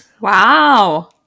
Wow